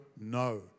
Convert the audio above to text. no